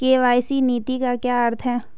KYC नीति का क्या अर्थ है?